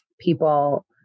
people